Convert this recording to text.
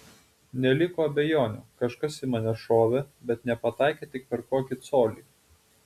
neliko abejonių kažkas į mane šovė bet nepataikė tik per kokį colį